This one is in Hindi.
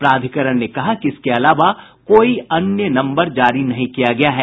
प्राधिकरण ने कहा है कि इसके अलावा कोई अन्य नम्बर जारी नहीं किया गया है